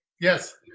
Yes